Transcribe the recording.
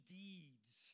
deeds